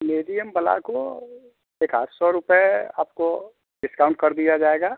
medium वाला को एक आठ सौ रुपये आपको डिस्काउंट कर दिया जाएगा